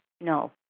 No